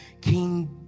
King